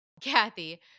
Kathy